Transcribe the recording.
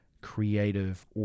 creative